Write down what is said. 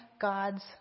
God's